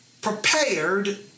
prepared